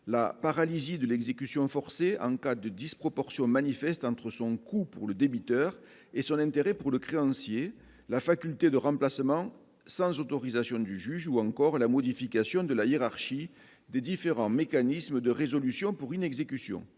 la paralysie de l'exécution forcée en cas de disproportion manifeste entre son coût pour le débiteur et son intérêt pour le créancier la faculté de remplacement sans autorisation du juge ou encore la modification de la hiérarchie des différents mécanismes de résolution pour inexécution